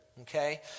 okay